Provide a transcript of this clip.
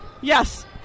Yes